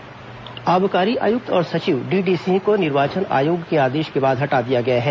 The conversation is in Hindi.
पदस्थापना आबकारी आयुक्त और सचिव डीडी सिंह को निर्वाचन आयोग के आदेश के बाद हटा दिया गया है